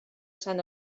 sant